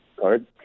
card